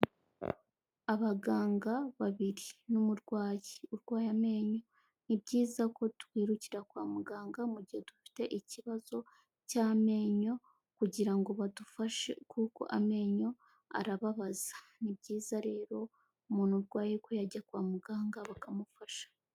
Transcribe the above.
Abaganga babiri ni umurwayi urwaye amenyo, ni byiza ko twirukira kwa muganga mu gihe dufite ikibazo cy'amenyo kugira ngo badufashe kuko amenyo arababaza. Ni byiza rero umuntu urwaye ko yajya kwa muganga bakamufasha.